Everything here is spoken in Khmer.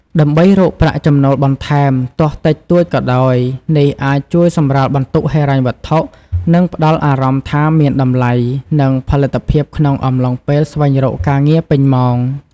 ដើម្បីរកប្រាក់ចំណូលបន្ថែមទោះតិចតួចក៏ដោយនេះអាចជួយសម្រាលបន្ទុកហិរញ្ញវត្ថុ និងផ្ដល់អារម្មណ៍ថាមានតម្លៃ និងផលិតភាពក្នុងអំឡុងពេលស្វែងរកការងារពេញម៉ោង។